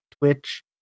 Twitch